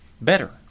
Better